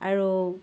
আৰু